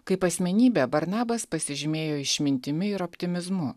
kaip asmenybė barnabas pasižymėjo išmintimi ir optimizmu